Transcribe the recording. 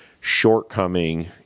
shortcoming